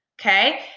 okay